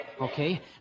Okay